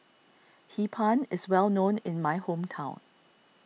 Hee Pan is well known in my hometown